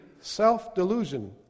self-delusion